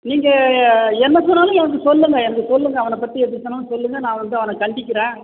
நீங்கள் என்ன சொன்னாலும் எனக்கு சொல்லுங்கள் எனக்கு சொல்லுங்கள் அவனை பற்றி எப்படினாலும் சொன்னாலும் சொல்லுங்கள் நான் வந்து அவனை கண்டிக்கிறேன்